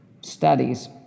studies